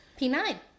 P9